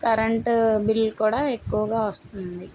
current bill కూడా ఎక్కువగా వస్తుంది